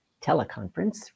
teleconference